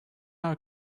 our